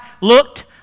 looked